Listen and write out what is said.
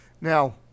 now